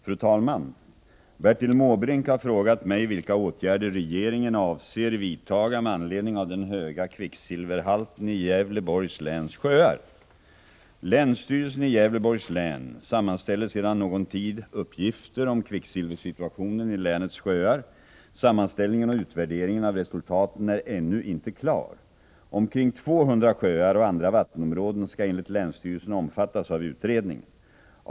Fru talman! Bertil Måbrink har frågat mig vilka åtgärder regeringen avser att vidta med anledning av den höga kvicksilverhalten i Gävleborgs läns sjöar. Länsstyrelsen i Gävleborgs län sammanställer sedan någon tid uppgifter om kvicksilversituationen i länets sjöar. Sammanställningen och utvärderingen av resultaten är ännu inte klar. Omkring 200 sjöar och andra vattenområden skall enligt länsstyrelsen omfattas av utredningen.